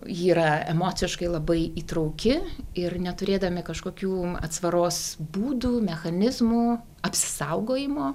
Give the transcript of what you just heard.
ji yra emociškai labai įtrauki ir neturėdami kažkokių atsvaros būdų mechanizmų apsisaugojimo